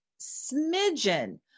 smidgen